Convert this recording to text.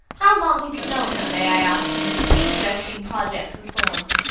how long had you known her, may i ask, when this interesting project was formed?